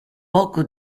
poco